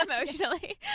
emotionally